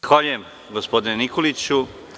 Zahvaljujem, gospodine Nikoliću.